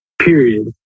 period